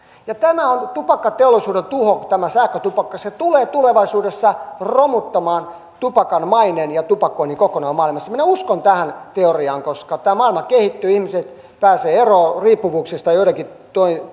ja tämä sähkötupakka on tupakkateollisuuden tuho se tulee tulevaisuudessa romuttamaan tupakan maineen ja tupakoinnin kokonaan maailmassa minä uskon tähän teoriaan koska tämä maailma kehittyy ihmiset pääsevät eroon riippuvuuksistaan joidenkin